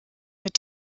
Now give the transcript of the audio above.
mit